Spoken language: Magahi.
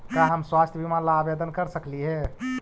का हम स्वास्थ्य बीमा ला आवेदन कर सकली हे?